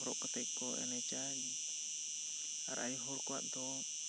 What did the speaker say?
ᱦᱚᱨᱚᱜ ᱠᱟᱛᱮ ᱠᱚ ᱮᱱᱮᱡᱟ ᱟᱨ ᱟᱭᱳ ᱦᱚᱲ ᱠᱚᱣᱟᱜ ᱫᱚ